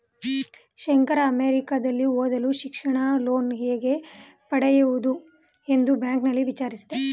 ಶಂಕರ ಅಮೆರಿಕದಲ್ಲಿ ಓದಲು ಶಿಕ್ಷಣದ ಲೋನ್ ಹೇಗೆ ಪಡೆಯುವುದು ಎಂದು ಬ್ಯಾಂಕ್ನಲ್ಲಿ ವಿಚಾರಿಸಿದ